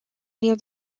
near